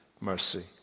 mercy